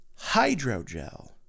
hydrogel